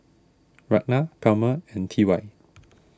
Ragna Palmer and T Y